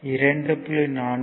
2